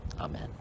Amen